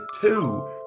two